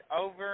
over